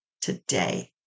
today